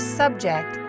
subject